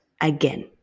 again